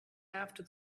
after